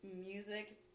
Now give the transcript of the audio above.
music